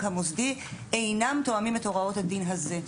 המוסדי אינם תואמים את הוראות הדין הזה.